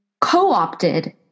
co-opted